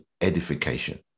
edification